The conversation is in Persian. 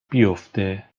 بیفته